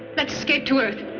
let's escape to earth.